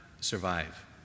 survive